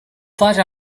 发展